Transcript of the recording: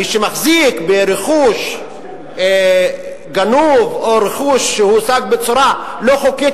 מי שמחזיק ברכוש גנוב או רכוש שהושג בצורה לא חוקית,